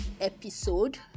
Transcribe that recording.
episode